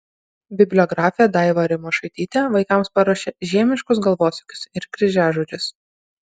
bibliografė daiva rimošaitytė vaikams paruošė žiemiškus galvosūkius ir kryžiažodžius